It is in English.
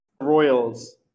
royals